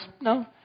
no